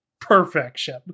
perfection